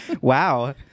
Wow